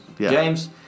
James